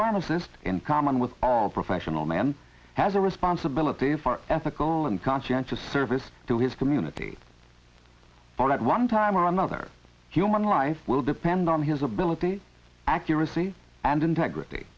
pharmacist in common with all professional men has a responsibility for an ethical and conscientious service to his community all at one time or another human life will depend on his ability accuracy and integrity